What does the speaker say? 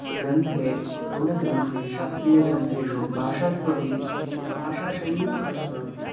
ग्रन्थे अथवा प्रौढग्रन्थे शास्त्रीयग्रन्थेषु भाषास्वपि भाषाशैली प्रौढा भवति